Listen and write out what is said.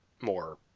more